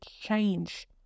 change